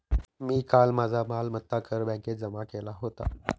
मी काल माझा मालमत्ता कर बँकेत जमा केला होता